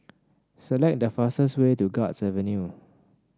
select the fastest way to Guards Avenue